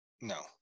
no